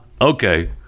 okay